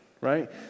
right